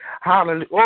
Hallelujah